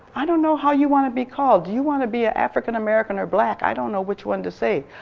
i don't know how you want to be called? do you want to be an african american or black? i don't know which one to say.